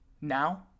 now